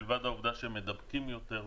מלבד העובדה שהם מדבקים יותר,